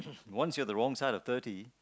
once you are the wrong side of thirty